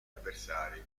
avversari